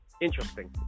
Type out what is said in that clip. Interesting